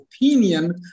opinion